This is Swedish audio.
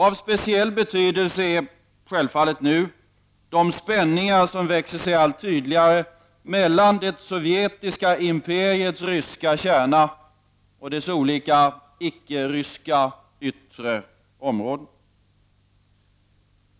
Av speciell betydelse är självfallet nu de spänningar som växer sig allt tydligare mellan det sovjetiska imperiets ryska kärna och dess olika icke-ryska yttre områden.